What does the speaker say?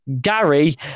Gary